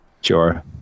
Sure